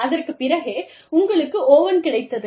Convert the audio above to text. அதற்கு பிறகே உங்களுக்கு ஓவன் கிடைத்தது